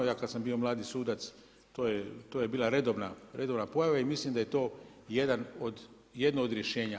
Ja kad sam bio mladi sudac to je bila redovna pojava i mislim da je to jedno od rješenja.